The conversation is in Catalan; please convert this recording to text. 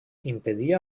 impedia